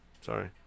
Sorry